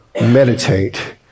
Meditate